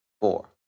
Four